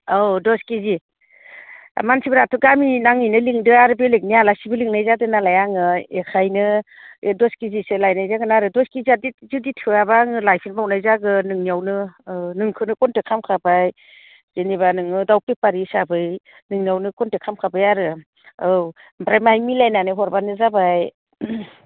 औ दस केजि मानसिफोराथ' गामिनि नाङैनो लिंदो आरो बेलेगनि आलासिबो लिंनाय जादों नालाय आङो एखायनो ए दस केजिसो लायनाय जागोन आरो दस केजिया जुदि थोआब्ला आङो लायफिनबावनाय जागोन नोंनियावनो नोंखौनो कनटेक्ट खालामखाबाय जेनेबा नोङो दाउ बेफारि हिसाबै नोंनियावनो कनटेक्ट खामखाबाय आरो औ ओमफ्राय माहाय मिलायनानै हरब्लानो जाबाय